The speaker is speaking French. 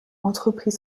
entreprit